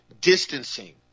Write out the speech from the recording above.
distancing